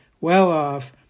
well-off